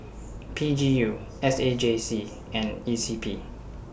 P G U S A J C and E C P